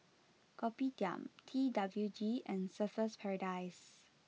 Kopitiam T W G and Surfer's Paradise